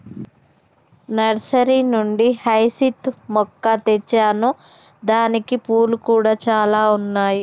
nursery నుండి hyacinth మొక్క తెచ్చాను దానికి పూలు కూడా చాల ఉన్నాయి